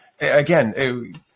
again